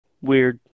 Weird